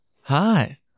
Hi